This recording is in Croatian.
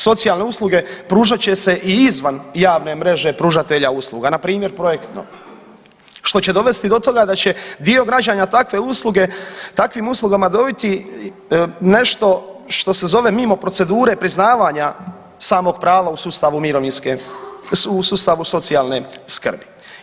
Socijalne usluge pružat će se i izvan javne mreže pružatelja usluga, npr. projektno, što će dovesti do toga da će dio građana takve usluge, takvim uslugama dobiti nešto što se zove mimo procedure priznavanja samog prava u sustavu mirovinske, u sustavu socijalne skrbi.